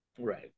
Right